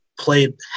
Played